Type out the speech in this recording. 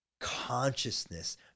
consciousness